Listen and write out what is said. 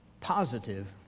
positive